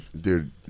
Dude